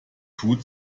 tut